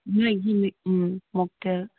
ꯅꯣꯏꯒꯤ ꯃꯣꯛꯇꯦꯜ